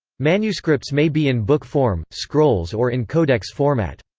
manuscripts may be in book form, scrolls or in codex format.